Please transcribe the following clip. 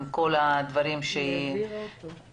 היא העבירה אותו.